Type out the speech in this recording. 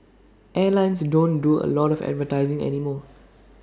airlines don't do A lot of advertising anymore